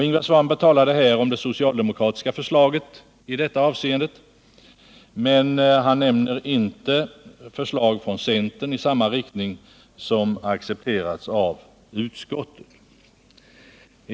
Ingvar Svanberg talade här om det socialdemokratiska förslaget i detta avseende, men han nämnde inte förslag från centern i samma riktning, som har accepterats av utskottet.